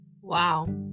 Wow